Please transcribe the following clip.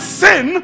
sin